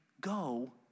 go